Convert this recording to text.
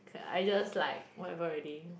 k~ I just like whatever already